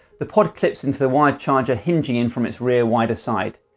the pod clips into the wired charger hinging in from its rear wider side.